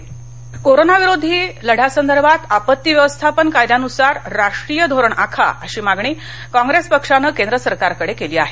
कॉंग्रेस कोरोनाविरोधी लढ्यासंदर्भात आपत्ती व्यवस्थापन कायद्यानुसार राष्ट्रीय धोरण आखा अशी मागणी कॉप्रेस पक्षानं केंद्र सरकारकडे केली आहे